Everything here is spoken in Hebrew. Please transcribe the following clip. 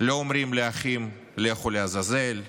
לא אומרים לאחים: לכו לעזאזל.